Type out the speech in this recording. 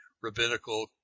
rabbinical